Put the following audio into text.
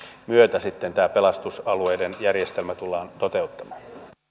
myötä sitten tämä pelastusalueiden järjestelmä tullaan toteuttamaan arvoisa